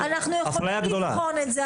אנחנו נבחן את זה,